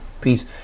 Peace